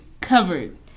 covered